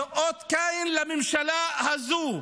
זה אות קין לממשלה הזו,